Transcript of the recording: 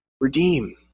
Redeem